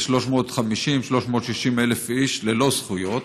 350,000 360,000 איש ללא זכויות,